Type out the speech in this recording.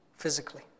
physically